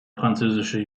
französische